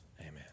Amen